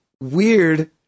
weird